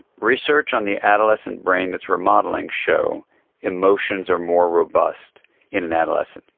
research on the adolescent brain that's remodelling show emotions are more robust in an adolescence.